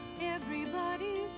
everybody's